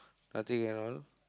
nothing at all